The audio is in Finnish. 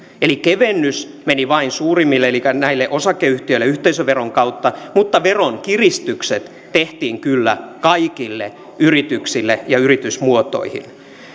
eli kevennys meni vain suurimmille elikkä näille osakeyhtiöille yhteisöveron kautta mutta veronkiristykset tehtiin kyllä kaikille yrityksille ja yritysmuotoihin